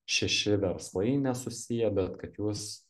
šeši verslai nesusiję bet kad jūs